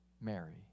Mary